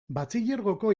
batxilergoko